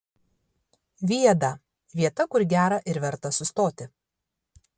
viada vieta kur gera ir verta sustoti